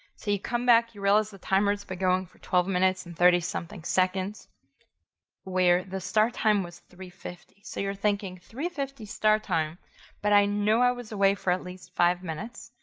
so you come back, you realize the timer's been but going for twelve minutes and thirty something seconds where the start time was three fifty so you're thinking three fifty start time but i know i was away for at least five minutes.